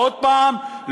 עוד הפעם,